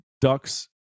ducks